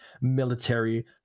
military